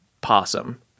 possum